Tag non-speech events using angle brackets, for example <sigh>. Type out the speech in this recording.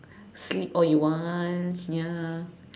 sleep <breath> all you want ya